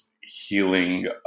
healing